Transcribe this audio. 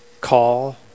call